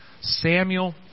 Samuel